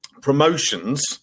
promotions